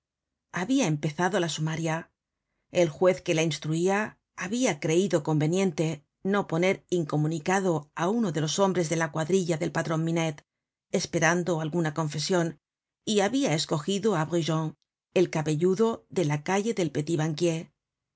habia empezado la sumaria el juez que la instruia habia creido conveniente no poner incomunicado á uno de los hombres de la cuadrilla del patron minette esperando alguna confesion y habia escogido á brujon el cabelludo de la calle del